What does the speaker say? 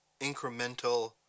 incremental